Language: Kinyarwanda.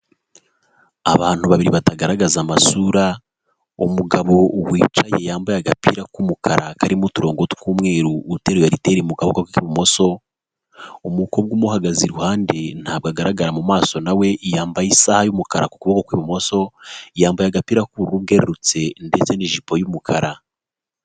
Abantu babiri batagaragaza amasura, umugabo wicaye yambaye agapira k'umukara karimo uturongogo tw'umweru uteruye aritele mu kaboko k'ibumoso, umukobwa umuhagaze iruhande ntabwo agaragara mu maso nawe, yambaye isaha y'umukara ku kuboko kw'ibumoso, yambaye agapira k'uburu bwerurutse ndetse n'ijipo y'umukara.